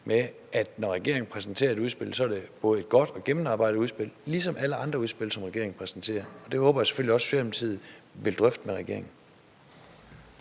med, at når regeringen præsenterer et udspil, er det et både godt og gennemarbejdet udspil ligesom alle andre udspil, som regeringen præsenterer. Og det håber jeg selvfølgelig også at Socialdemokratiet vil drøfte med regeringen.